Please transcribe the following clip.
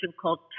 called